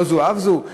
לא זו אף זו,